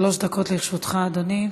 שלוש דקות לרשותך, אדוני.